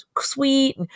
sweet